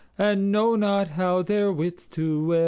and know not how their wits to